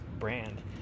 Brand